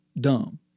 dumb